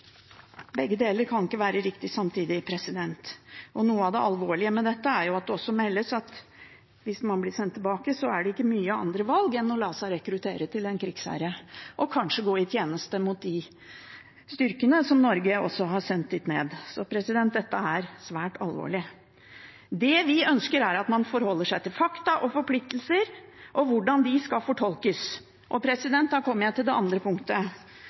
Begge deler kan ikke være riktig samtidig. Og noe av det alvorlige med dette er jo at det også meldes at hvis man blir sendt tilbake, er det ikke mange andre valg enn å la seg rekruttere til en krigsherre og kanskje gå i tjeneste mot de styrkene som også Norge har sendt dit ned. Så dette er svært alvorlig. Det vi ønsker, er at man forholder seg til fakta og forpliktelser og til hvordan de skal fortolkes. Da kommer jeg til det andre punktet.